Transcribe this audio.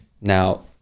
now